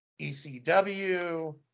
ECW